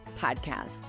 podcast